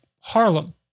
Harlem